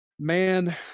Man